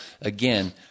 Again